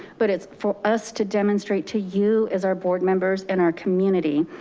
but it's for us to demonstrate to you as our board members in our community,